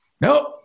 Nope